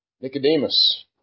Nicodemus